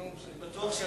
הנאום שלי.